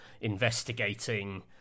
investigating